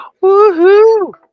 Woo-hoo